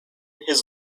his